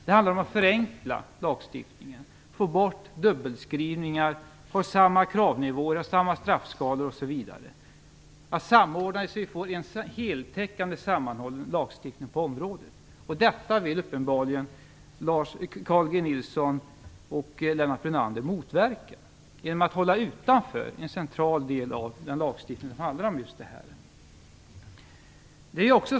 Det handlar om att förenkla lagstiftningen, att få bort dubbelskrivningar och att få samma kravnivåer och straffskalor, osv., att samordna så att vi får en heltäckande lagstiftning på området. Detta vill uppenbarligen Lennart Brunander och Carl G Nilsson motverka genom att hålla en central del av den lagstiftning som handlar om just detta utanför.